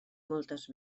moltes